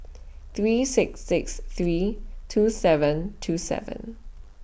three six six three two seven two seven